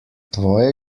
tvoje